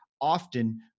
often